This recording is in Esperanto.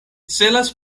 celas